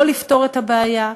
לא לפתור את הבעיה,